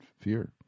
fear